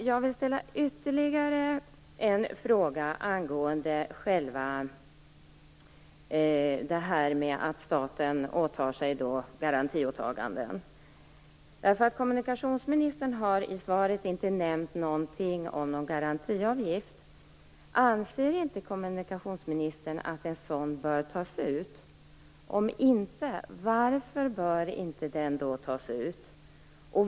Jag vill ställa ytterligare en fråga angående statens garantiåtaganden. Kommunikationsministern har i svaret inte nämnt någonting om någon garantiavgift. Anser inte kommunikationsministern att en sådan bör tas ut? Om inte: Varför bör en sådan inte tas ut?